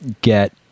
get